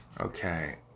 Okay